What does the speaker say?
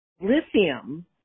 Lithium